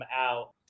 out